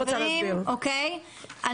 את